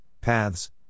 paths